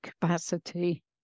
capacity